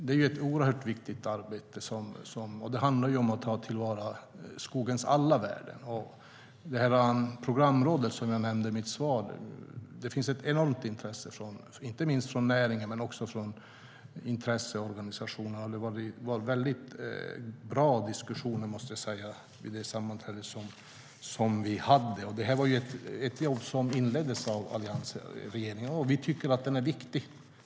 Det är ett oerhört viktigt arbete som handlar om att ta till vara skogens alla värden. Det finns ett enormt intresse, inte minst från näringen men också från intresseorganisationer, för programrådet som jag nämnde i mitt svar. Och det var bra diskussioner på det sammanträde som vi hade. Det är ett jobb som inleddes av alliansregeringen, och vi tycker att det är viktigt.